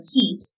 heat